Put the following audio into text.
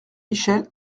michel